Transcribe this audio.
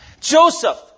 Joseph